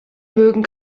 mögen